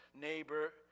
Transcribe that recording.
neighbor